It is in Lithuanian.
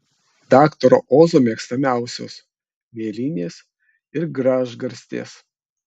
daktaro ozo mėgstamiausios mėlynės ir gražgarstės